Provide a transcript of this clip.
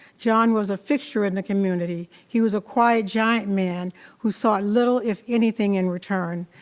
john was a fixture in the community. he was a quiet giant man who sought little if anything in return.